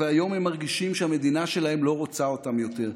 והיום הם מרגישים שהמדינה שלהם לא רוצה אותם יותר.